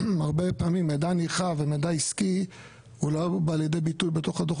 הרבה פעמים מידע נרחב ומידע עסקי הוא בא לידי ביטוי בתוך הדו"ח